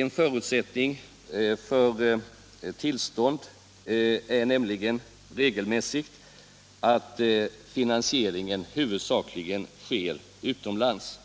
En förutsättning för tillstånd är nämligen regelmässigt att finansieringen huvudsakligen sker utomlands.